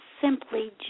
simply